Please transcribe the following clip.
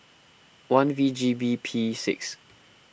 one V G B P six